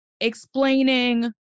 explaining